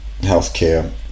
healthcare